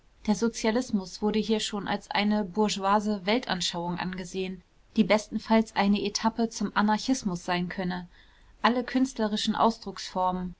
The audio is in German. der sozialismus wurde hier schon als eine bourgeoise weltanschauung angesehen die bestenfalls eine etappe zum anarchismus sein könne alle künstlerischen ausdrucksformen